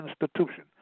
institution